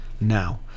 now